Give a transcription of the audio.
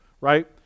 right